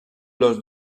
los